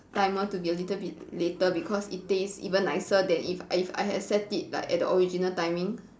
timer to be a little bit later because it taste even nicer than if if I had set it like at the original timing